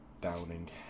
downing